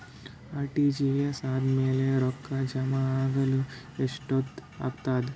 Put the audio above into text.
RTGS ಆದ್ಮೇಲೆ ರೊಕ್ಕ ಜಮಾ ಆಗಲು ಎಷ್ಟೊತ್ ಆಗತದ?